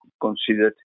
considered